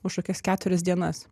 už kokias keturias dienas